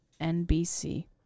nbc